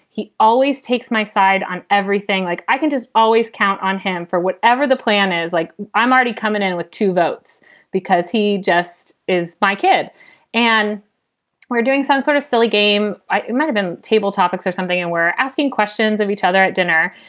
he always takes my side on everything. like i can just always count on him for whatever the plan is. like i'm already coming in with two votes because he just is my kid and we're doing some sort of silly game. i have and been table topics or something and we're asking questions of each other at dinner.